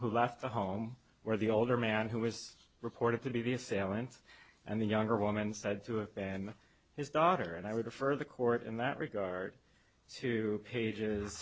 who left the home where the older man who was reported to be the assailants and the younger woman said to him and his daughter and i would refer the court in that regard to pages